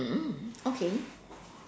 mm okay